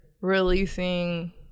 releasing